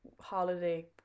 holiday